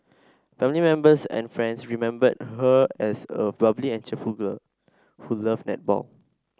family members and friends remembered her as a bubbly and cheerful girl who loved netball